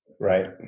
Right